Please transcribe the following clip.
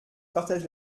partage